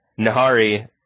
Nihari